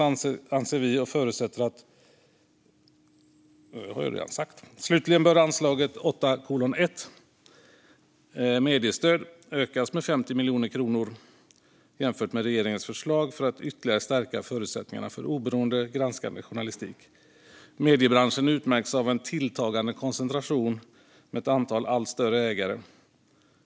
Slutligen bör anslaget 8:1, mediestöd, ökas med 50 miljoner kronor jämfört med regeringens förslag för att ytterligare stärka förutsättningarna för oberoende, granskande journalistik. Mediebranschen utmärks av en tilltagande koncentration med ett antal allt större ägare.